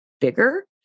bigger